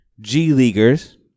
G-Leaguers